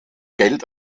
geld